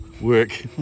work